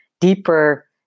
deeper